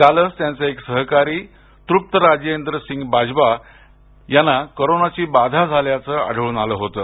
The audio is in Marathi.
कालच त्यांचे एक सहकारी तृप्त राजेंदरसिंग बाजवा यांना कोरोनाची बाधा झाल्याचं आढळून आलं होतं